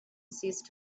ceased